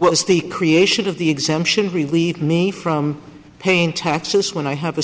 was the creation of the exemption we lead me from paying taxes when i have a